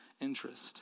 interest